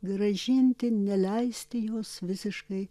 grąžinti neleisti jos visiškai